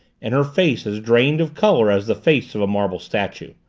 and her face as drained of color as the face of a marble statue.